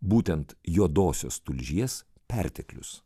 būtent juodosios tulžies perteklius